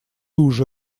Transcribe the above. уже